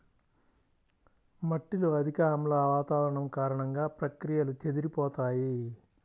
మట్టిలో అధిక ఆమ్ల వాతావరణం కారణంగా, ప్రక్రియలు చెదిరిపోతాయి